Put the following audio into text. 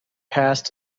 passed